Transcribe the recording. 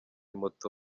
moto